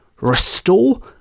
restore